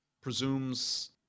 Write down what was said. presumes